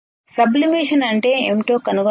sublimation అంటే ఏమిటో కనుగొనండి